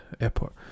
airport